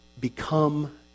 become